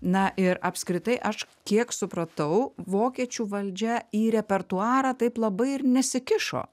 na ir apskritai aš kiek supratau vokiečių valdžia į repertuarą taip labai ir nesikišo